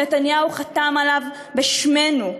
שנתניהו חתם עליו בשמנו,